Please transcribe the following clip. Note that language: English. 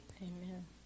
Amen